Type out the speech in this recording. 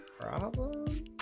problem